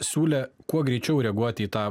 siūlė kuo greičiau reaguoti į tą